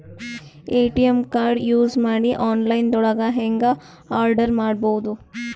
ATM card use ಮಾಡಿ online ದೊಳಗೆ ಹೆಂಗ್ ಆರ್ಡರ್ ಮಾಡುದು?